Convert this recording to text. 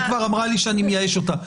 היא כבר אמרה לי שאני מייאש אותה.